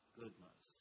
goodness